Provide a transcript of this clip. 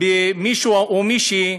במישהו או מישהי,